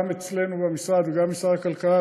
גם אצלנו במשרד וגם במשרד הכלכלה,